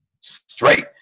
Straight